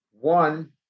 One